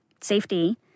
safety